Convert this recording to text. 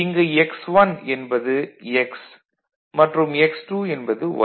இங்கு 'x1' என்பது 'x' மற்றும் 'x2' என்பது 'y'